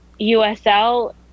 USL